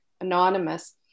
anonymous